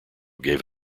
gave